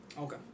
Okay